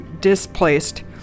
displaced